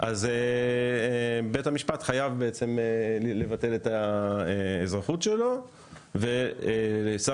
בית המשפט חייב לבטל את האזרחות שלו ושר